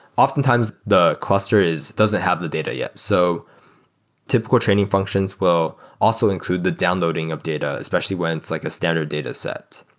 oftentimes, the cluster doesn't have the data yet. so typical training functions will also include the downloading of data, especially when it's like a standard dataset.